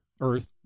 Earth